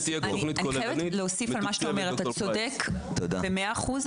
אתה צודק במאת האחוזים,